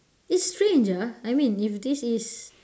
it's strange ah I mean if this is